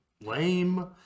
lame